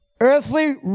Earthly